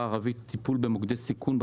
הערבית בפעם הראשונה טיפול במוקדי סיכון,